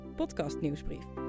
podcastnieuwsbrief